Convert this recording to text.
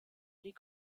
les